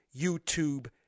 YouTube